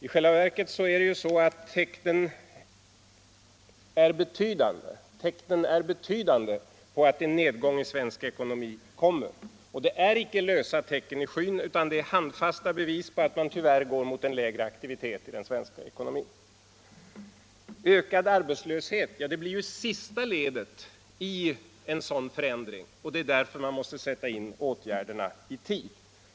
I själva verket är tecknen betydande på att en nedgång i svensk ekonomi kommer. Det är inte lösa tecken i skyn utan handfasta bevis på att den svenska ekonomin tyvärr går mot en lägre aktivitet. En ökad arbetslöshet blir sista ledet i en sådan förändring. Därför måste man sätta in åtgärderna i tid.